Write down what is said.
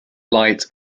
light